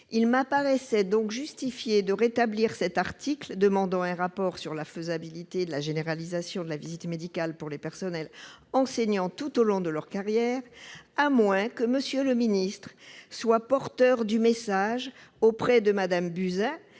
Il me paraît donc justifié de rétablir l'article 13 demandant un rapport sur la faisabilité de la généralisation de la visite médicale pour les personnels enseignants tout au long de leur carrière, à moins que M. le ministre ne soit porteur du message auprès de Mme Buzyn,